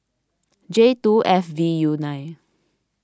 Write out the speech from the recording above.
J two F V U nine